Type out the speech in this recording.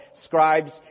scribes